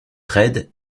raides